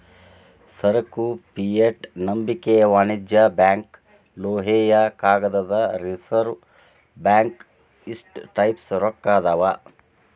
ಸರಕು ಫಿಯೆಟ್ ನಂಬಿಕೆಯ ವಾಣಿಜ್ಯ ಬ್ಯಾಂಕ್ ಲೋಹೇಯ ಕಾಗದದ ರಿಸರ್ವ್ ಅಂತ ಇಷ್ಟ ಟೈಪ್ಸ್ ರೊಕ್ಕಾ ಅದಾವ್